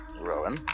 Rowan